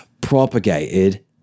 propagated